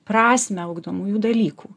prasmę ugdomųjų dalykų